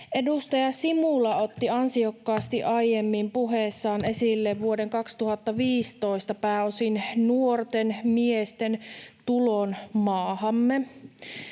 Edustaja Simula otti ansiokkaasti aiemmin puheessaan esille vuoden 2015 pääosin nuorten miesten tulon maahamme.